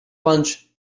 punch